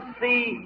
see